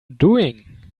doing